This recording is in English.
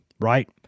right